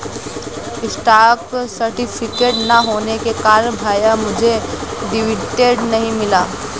stock certificate ना होने के कारण भैया मुझे डिविडेंड नहीं मिला